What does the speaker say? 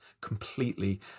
completely